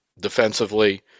defensively